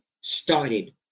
started